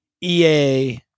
EA